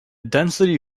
density